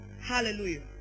Hallelujah